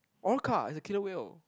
orca is a killer whale